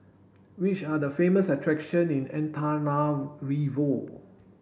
which are the famous attractions in Antananarivo